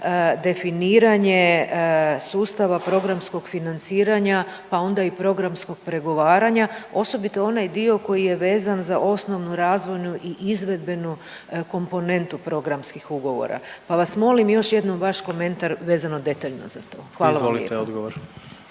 definiranje sustava programskog financiranja pa onda i programskog pregovaranja. Osobito onaj dio koji je vezan za osnovnu, razvojnu i izvedbenu komponentu programskih ugovora, pa vas molim još jednom vaš komentar vezano detaljno za to. Hvala vam lijepa. **Jandroković,